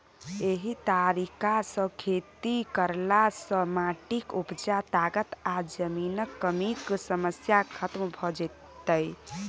एहि तरीका सँ खेती करला सँ माटिक उपजा ताकत आ जमीनक कमीक समस्या खतम भ जेतै